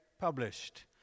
published